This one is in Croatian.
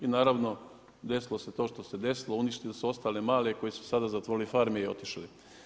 I naravno, desilo se to što se desilo, uništili su ostale male koju su sada zatvorili farme i otišli.